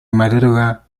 madruga